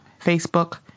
Facebook